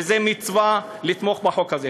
וזו מצווה לתמוך בחוק הזה.